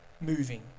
moving